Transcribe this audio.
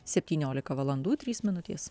septyniolika valandų trys minutės